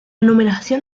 numeración